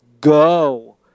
go